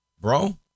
bro